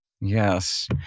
Yes